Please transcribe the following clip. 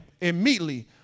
immediately